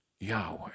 Yahweh